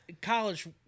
College